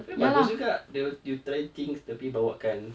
kira bagus juga they will you try things tapi bawakan